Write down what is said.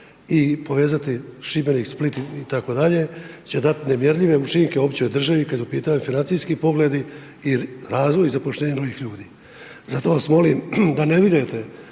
i povezati Šibenik, Split itd. će dati nemjerljive učinke uopće u državi kad je u pitanju financijski pogledi i razvoj i zapošljavanje novih ljudi. Zato vas molim da ne vjerujete